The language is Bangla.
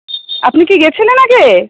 আপনি কি গেছিলেন আগে